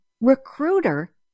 recruiter